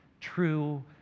true